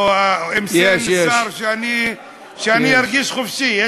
שאני ארגיש חופשי.